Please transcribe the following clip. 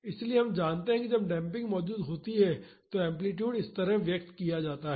इसलिए हम जानते हैं कि जब डेम्पिंग मौजूद होता है तो एम्पलीटूड इस तरह व्यक्त किया जाता है